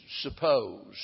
suppose